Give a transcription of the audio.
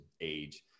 age